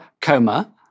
coma